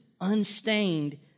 unstained